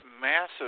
massive